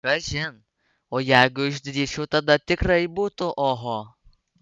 kažin o jeigu išdrįsčiau tada tikrai būtų oho